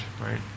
right